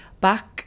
back